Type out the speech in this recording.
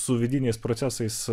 su vidiniais procesais